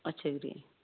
ਅੱਛਾ ਵੀਰੇ